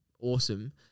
awesome